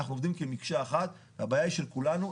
אנחנו עובדים כמקשה אחת והבעיה היא של כולנו,